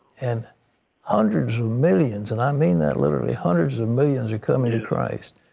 and hundreds of millions and i mean that literally hundreds of millions are coming christ.